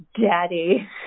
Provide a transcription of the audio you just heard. Daddy